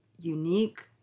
unique